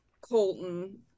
Colton